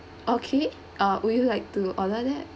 okay uh would you like to order that